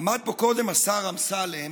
עמד פה קודם השר אמסלם